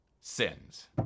sins